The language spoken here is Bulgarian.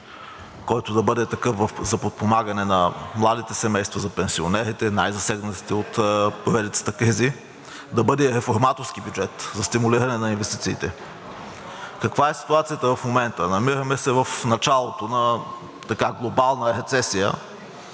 който да бъде такъв за подпомагане на младите семейства, за пенсионерите – най-засегнатите от поредицата кризи, да бъде реформаторски бюджет за стимулиране на инвестициите. Каква е ситуацията в момента? Намираме се в началото на глобална рецесия,